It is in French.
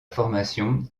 formation